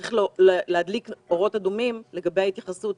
צריך להדליק נורות לגבי ההתייחסות